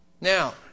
Now